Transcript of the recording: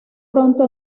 pronto